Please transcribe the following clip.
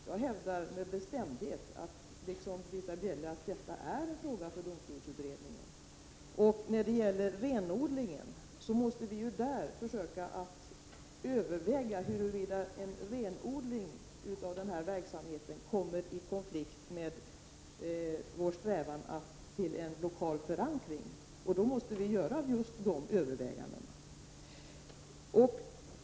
Jag — liksom Britta Bjelle — hävdar med bestämdhet att detta är en fråga för domstolsutredningen. Vi måste överväga huruvida en renodling av denna verksamhet kommer i konflikt med vår strävan att uppnå en lokal förankring. Då måste just dessa överväganden göras.